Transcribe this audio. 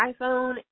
iPhone